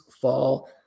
fall